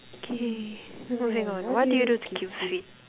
okay moving on what do you do to keep fit